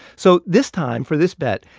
so this time, for this bet,